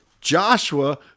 Joshua